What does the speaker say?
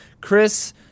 Chris